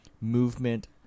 movement